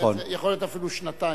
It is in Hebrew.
יכול להיות אפילו שנתיים.